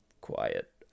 quiet